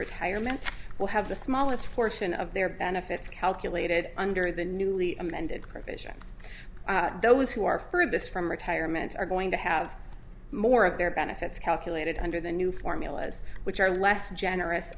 retirement will have the smallest portion of their benefits calculated under the newly amended provision those who are further this from retirement are going to have more of their benefits calculated under the new formulas which are less generous